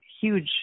huge